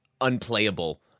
unplayable